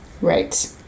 Right